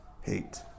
hate